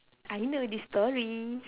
I know this story